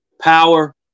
power